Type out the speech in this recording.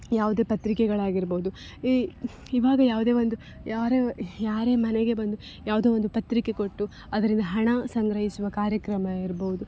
ಯಾವುದೇ ಪತ್ರಿಕೆಗಳಾಗಿರ್ಬೌದು ಈ ಇವಾಗ ಯಾವುದೇ ಒಂದು ಯಾರೇ ಯಾರೇ ಮನೆಗೆ ಬಂದು ಯಾವುದೋ ಒಂದು ಪತ್ರಿಕೆ ಕೊಟ್ಟು ಅದರಿಂದ ಹಣ ಸಂಗ್ರಹಿಸುವ ಕಾರ್ಯಕ್ರಮ ಇರ್ಬೌದು